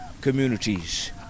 communities